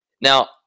now